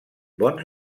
bons